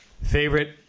Favorite